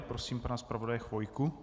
Prosím pana zpravodaje Chvojku.